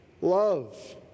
Love